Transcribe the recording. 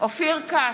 אופיר כץ,